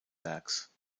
werks